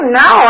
no